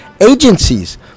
agencies